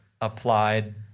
applied